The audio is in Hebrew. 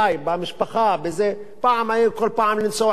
פעם, כל פעם לנסוע לחיפה או לתל-אביב